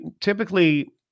typically